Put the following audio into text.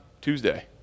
Tuesday